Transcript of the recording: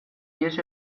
ihes